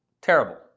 terrible